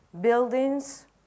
buildings